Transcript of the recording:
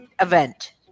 event